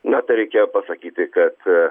na tai reikia pasakyti kad